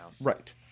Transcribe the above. Right